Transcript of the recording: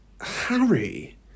Harry